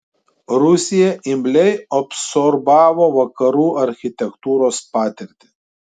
rusija imliai absorbavo vakarų architektūros patirtį